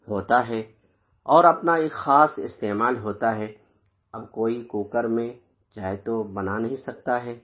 ہوتا ہے اور اپنا ایک خاص استعمال ہوتا ہے اب کوئی کوکر میں چائے تو بنا نہیں سکتا ہے